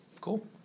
cool